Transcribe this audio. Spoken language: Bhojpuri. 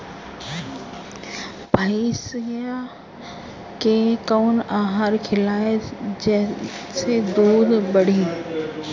भइस के कवन आहार खिलाई जेसे दूध बढ़ी?